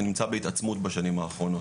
שנמצא בהתעצמות בשנים האחרונות.